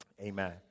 Amen